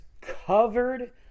covered